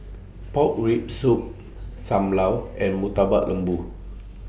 Pork Rib Soup SAM Lau and Murtabak Lembu